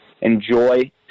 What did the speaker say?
enjoy